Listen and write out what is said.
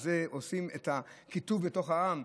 על זה עושים את הקיטוב בתוך העם?